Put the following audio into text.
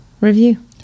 review